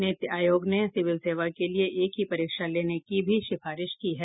नीति आयोग ने सिविल सेवा के लिए एक ही परीक्षा लेने की भी सिफारिश ही है